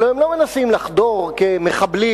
הלוא הם לא מנסים לחדור כמחבלים,